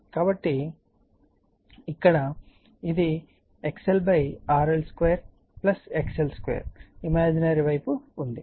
కాబట్టి ఇక్కడ ఇది XLRL 2 XL 2 ఇమాజినరీ వైపు ఉంది